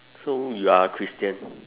so you are christian